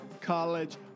college